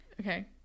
Okay